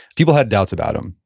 people had doubts about him.